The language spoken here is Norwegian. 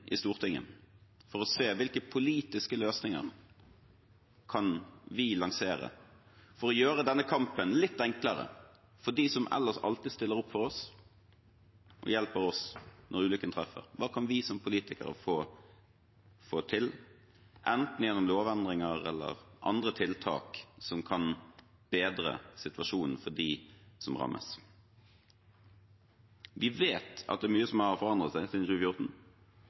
i Stortinget, for å se hvilke politiske løsninger vi kan lansere for å gjøre denne kampen litt enklere for dem som ellers alltid stiller opp for oss og hjelper oss når ulykken inntreffer. Hva kan vi som politikere få til, enten gjennom lovendringer eller andre tiltak som kan bedre situasjonen for dem som rammes? Vi vet at det er mye som har forandret seg siden